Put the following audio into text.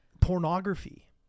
pornography